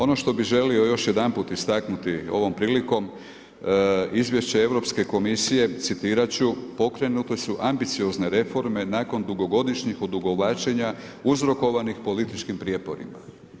Ono što bih želio još jedanput istaknuti ovom prilikom Izvješće Europske komisije, citirati ću: „Pokrenute su ambiciozne reforme nakon dugogodišnjih odugovlačenja uzrokovanih političkim prijeporima.